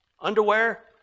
underwear